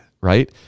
right